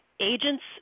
Agents